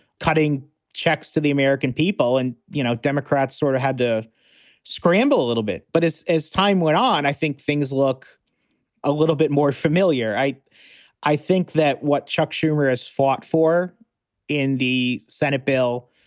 cutting checks to the american people. and, you know, democrats sort of had to scramble a little bit. but as time time went on, i think things look a little bit more familiar. i i think that what chuck schumer has fought for in the senate bill,